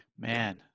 Man